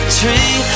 tree